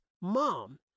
mom